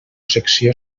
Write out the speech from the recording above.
secció